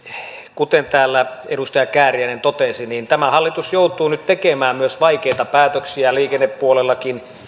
kuten täällä edustaja kääriäinen totesi tämä hallitus joutuu nyt tekemään myös vaikeita päätöksiä liikennepuolellakin